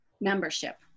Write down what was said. membership